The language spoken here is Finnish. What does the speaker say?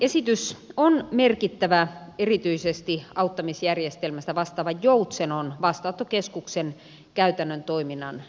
esitys on merkittävä erityisesti auttamisjärjestelmästä vastaavan joutsenon vastaanottokeskuksen käytännön toiminnan näkökulmasta